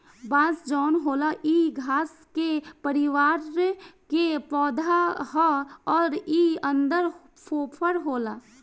बांस जवन होला इ घास के परिवार के पौधा हा अउर इ अन्दर फोफर होला